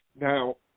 now